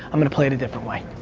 i'm gonna play it a different way.